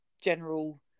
general